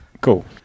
Cool